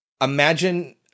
imagine